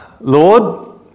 Lord